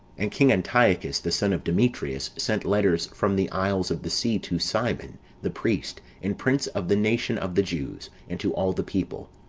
and king antiochus, the son of demetrius, sent letters from the isles of the sea to simon, the priest, and prince of the nation of the jews, and to all the people